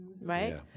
Right